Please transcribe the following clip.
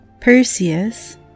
Perseus